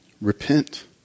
repent